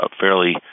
fairly